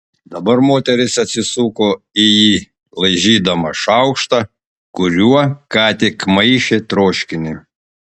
dabar moteris atsisuko į jį laižydama šaukštą kuriuo ką tik maišė troškinį